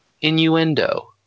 innuendo